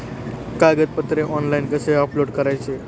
कागदपत्रे ऑनलाइन कसे अपलोड करायचे?